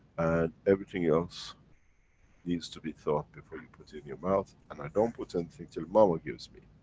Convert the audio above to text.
and everything else needs to be thought, before you put in your mouth. and i don't put anything, till mama gives me.